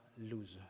loser